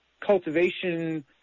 cultivation